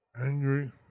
angry